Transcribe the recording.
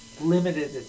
limited